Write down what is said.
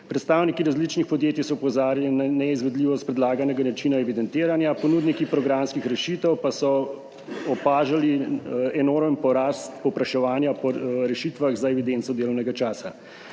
predstavniki različnih podjetij so opozarjali na neizvedljivost predlaganega načina evidentiranja, ponudniki programskih rešitev pa so opažali enormen porast povpraševanja po rešitvah za evidenco delovnega časa.